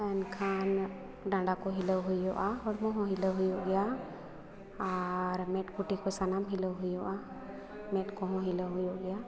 ᱮᱱᱠᱷᱟᱱ ᱰᱟᱸᱰᱟᱠᱚ ᱦᱤᱞᱟᱹᱣ ᱦᱩᱭᱩᱜᱼᱟ ᱦᱚᱲᱢᱚᱦᱚᱸ ᱦᱤᱞᱟᱹᱣ ᱦᱩᱭᱩᱜ ᱜᱮᱭᱟ ᱟᱨ ᱢᱮᱸᱫ ᱠᱩᱴᱤᱠᱚ ᱥᱟᱱᱟᱢ ᱦᱤᱞᱟᱹᱣ ᱦᱩᱭᱩᱜᱼᱟ ᱢᱮᱸᱫᱠᱚᱦᱚᱸ ᱦᱤᱞᱟᱹᱣ ᱦᱩᱭᱩᱜ ᱜᱮᱭᱟ